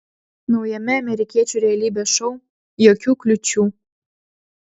naujame amerikiečių realybės šou jokių kliūčių